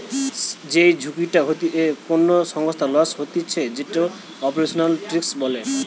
যেই ঝুঁকিটা হইতে কোনো সংস্থার লস হতিছে যেটো অপারেশনাল রিস্ক বলে